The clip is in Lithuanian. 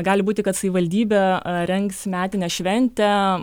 gali būti kad savivaldybė rengs metinę šventę